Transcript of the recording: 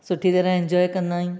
सुठी तरह इंजॉए कंदा आहियूं